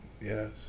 Yes